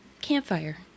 campfire